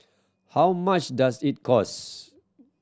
how much does it cost